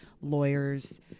lawyers